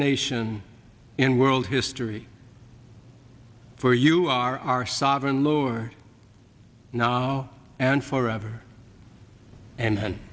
nation in world history for you are our sovereign lower now and forever and when